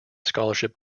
scholarship